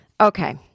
okay